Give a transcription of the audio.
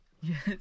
Yes